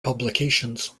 publications